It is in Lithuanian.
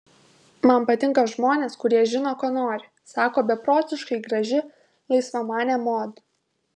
man patinka žmonės kurie žino ko nori sako beprotiškai graži laisvamanė mod